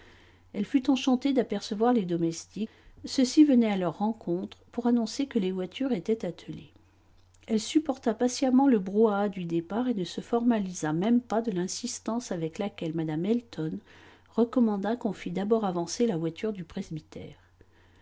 elle fut enchantée d'apercevoir les domestiques ceux-ci venaient à leur rencontre pour annoncer que les voitures étaient attelées elle supporta patiemment le brouhaha du départ et ne se formalisa même pas de l'insistance avec laquelle mme elton recommanda qu'on fît d'abord avancer la voiture du presbytère